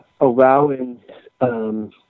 allowing